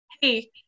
Hey